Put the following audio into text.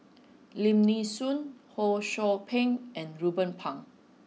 Lim Nee Soon Ho Sou Ping and Ruben Pang